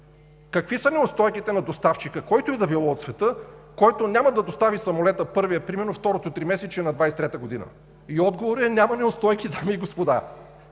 какви са неустойките на доставчика, който и да било от света, който няма да достави самолета – първия примерно, второто тримесечие на 2023 г.? Отговорът е: няма неустойки, дами и господа!